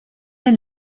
den